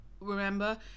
remember